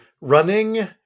Running